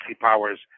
powers